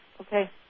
okay